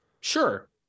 Sure